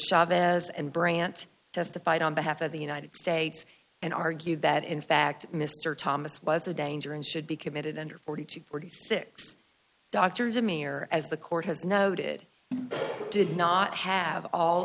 chavez and brandt testified on behalf of the united states and argued that in fact mr thomas was a danger and should be committed under forty to forty six doctors a mayor as the court has noted did not have all